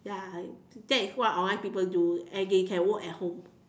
ya that is what online people do and they can work at home